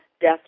death